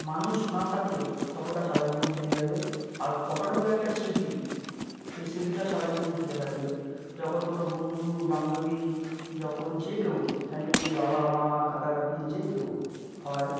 মানুষ না থাকলেও ফটোটা সারা জীবন থেকে যাবে আর ফটোটা হলো একটা স্মৃতি সেই স্মৃতিটা সারা জীবন থেকে থাকবে যখন কোনো বন্ধু বান্ধবী যখন যে কেউ ফ্যামিলি বাবা মা কাকা কাকি যে কেউ হয়